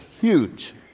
huge